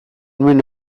nuen